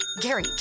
Gary